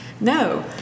No